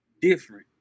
different